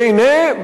והנה,